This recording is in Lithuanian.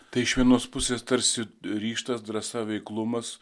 tai iš vienos pusės tarsi ryžtas drąsa veiklumas